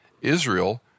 Israel